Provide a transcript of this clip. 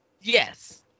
Yes